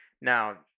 Now